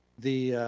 the